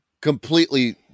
completely